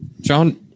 John